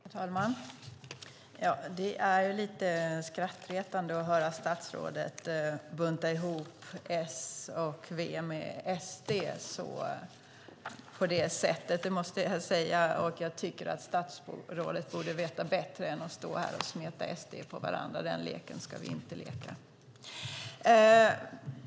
Herr talman! Jag måste säga att det är lite skrattretande att höra statsrådet bunta ihop S och V med SD. Jag tycker att statsrådet borde veta bättre än att stå här och smeta SD på andra - den leken ska vi inte leka.